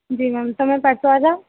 जी ma'am तो मैं परसों आ जाऊँ